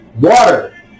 water